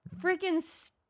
freaking